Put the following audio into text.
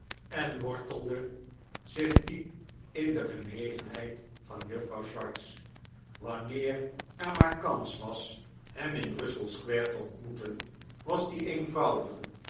en wortelde zich diep in de genegenheid van juffrouw swartz wanneer er maar kans was hem in russell square te ontmoeten was die eenvoudige